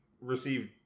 received